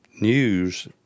news